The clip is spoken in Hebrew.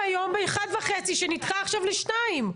ב-13:30, שנדחה עכשיו ל-14:00.